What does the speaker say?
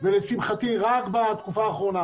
לשמחתי רק בתקופה האחרונה,